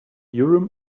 urim